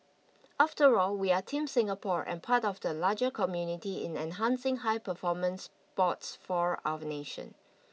after all we are team Singapore and part of the larger community in enhancing high performance sports for our nation